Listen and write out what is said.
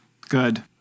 Good